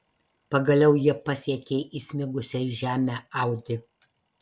pagaliau jie pasiekė įsmigusią į žemę audi